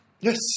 Yes